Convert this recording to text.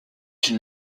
une